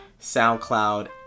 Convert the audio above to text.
soundcloud